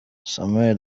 samuel